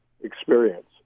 experience